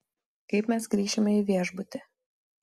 kaip mes grįšime į viešbutį